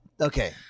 okay